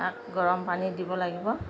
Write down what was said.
তাক গৰম পানী দিব লাগিব